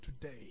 today